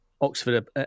Oxford